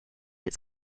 its